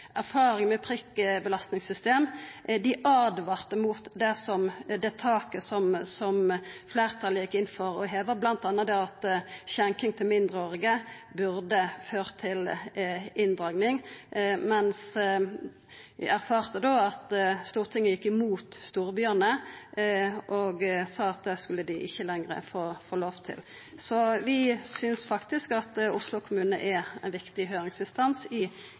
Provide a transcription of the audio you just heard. fleirtalet gjekk inn for å heva, bl.a. det at skjenking til mindreårige burde føra til inndraging, men vi erfarte da at Stortinget gjekk imot storbyane og sa at det skulle dei ikkje lenger få lov til. Så vi synest faktisk at Oslo kommune er ein viktig høyringsinstans i